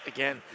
Again